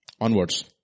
onwards